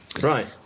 Right